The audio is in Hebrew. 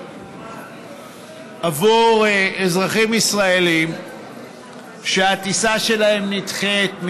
עבור אזרחים ישראלים שהטיסה שלהם נדחית,